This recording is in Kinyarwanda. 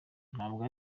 ntabwo